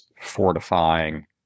fortifying